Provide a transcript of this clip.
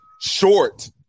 short